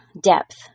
depth